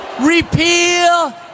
repeal